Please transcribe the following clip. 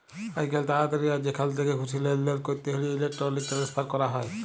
আইজকাল তাড়াতাড়ি আর যেখাল থ্যাকে খুশি লেলদেল ক্যরতে হ্যলে ইলেকটরলিক টেনেসফার ক্যরা হয়